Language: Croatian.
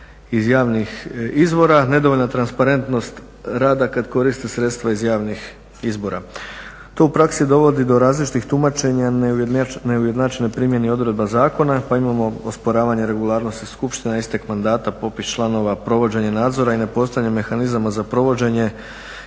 iz javnih izvora, nedovoljna transparentnost rada kad koriste sredstva iz javnih izbora. To u praksi dovodi do različitih tumačenja neujednačene primjene odredba zakona. Pa imamo osporavanje regularnosti skupština, istek mandata, popis članova, provođenje nadzora i nepostojanje mehanizama za provođenje